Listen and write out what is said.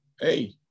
hey